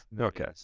Okay